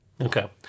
Okay